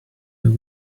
you